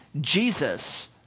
Jesus